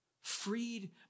freed